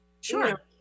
sure